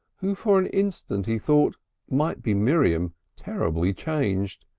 who for an instant he thought might be miriam terribly changed,